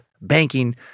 banking